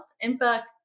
impact